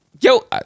yo